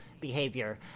behavior